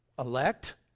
Elect